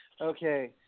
Okay